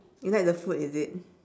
you like the food is it